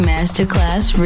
Masterclass